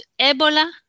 Ebola